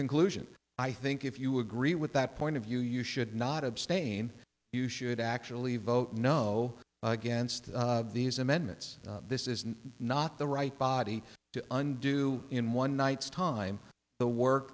conclusion i think if you agree with that point of view you should not abstain you should actually vote no against these amendments this is not the right body to undo in one night's time the work